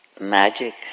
magic